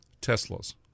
Tesla's